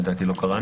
כן.